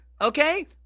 Okay